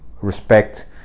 respect